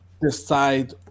Decide